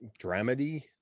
dramedy